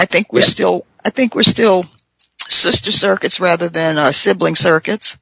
i think we're still i think we're still sister circuits rather than a sibling circuits